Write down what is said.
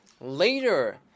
Later